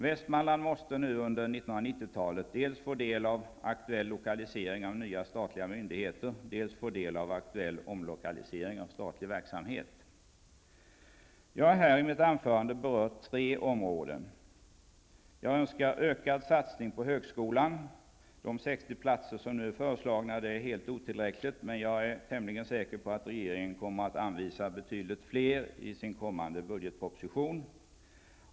Västmanland måste nu under 1990 talet dels få del av aktuell lokalisering av nya statliga myndigheter, dels få del av aktuell omlokalisering av statlig verksamhet. Jag har här i mitt anförande berört tre områden. För det första önskar jag en ökad satsning på högskolan. De 60 platser som nu föreslås är helt otillräckliga, men jag är tämligen säker på att regeringen kommer att anvisa betydligt fler i sin kommande budgetproposition.